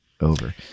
over